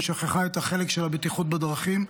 היא שכחה את החלק של הבטיחות בדרכים,